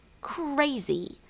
Crazy